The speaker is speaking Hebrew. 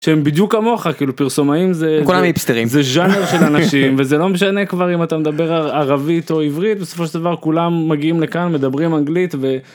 שהם בדיוק כמוך כאילו פרסומים זה לא משנה כבר אם אתה מדבר ערבית או עברית בסופו של דבר כולם מגיעים לכאן מדברים אנגלית.